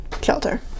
Shelter